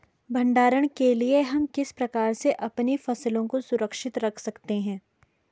भंडारण के लिए हम किस प्रकार से अपनी फसलों को सुरक्षित रख सकते हैं?